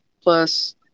plus